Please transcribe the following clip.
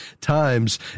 times